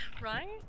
Right